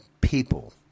people